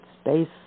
space